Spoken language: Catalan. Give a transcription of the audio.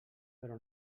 però